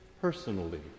personally